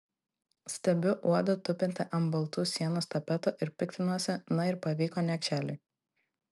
stebiu uodą tupintį ant baltų sienos tapetų ir piktinuosi na ir pavyko niekšeliui